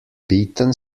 beaten